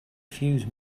fuse